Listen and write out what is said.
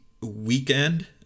weekend